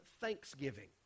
thanksgiving